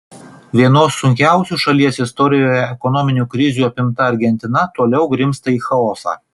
vienos sunkiausių šalies istorijoje ekonominių krizių apimta argentina toliau grimzta į chaosą